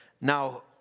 Now